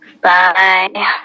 Bye